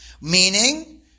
Meaning